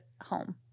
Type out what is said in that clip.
home